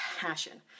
passion